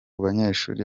banyeshuri